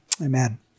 amen